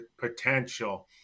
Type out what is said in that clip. potential